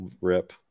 Rip